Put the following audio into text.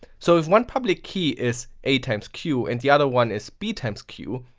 so if one public key is a times q. and the other one is b times q.